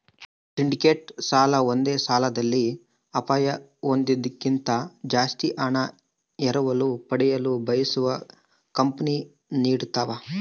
syndicated ಸಾಲ ಒಂದೇ ಸಾಲದಲ್ಲಿ ಅಪಾಯ ಹೊಂದೋದ್ಕಿಂತ ಜಾಸ್ತಿ ಹಣ ಎರವಲು ಪಡೆಯಲು ಬಯಸುವ ಕಂಪನಿ ನೀಡತವ